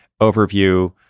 overview